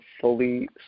fully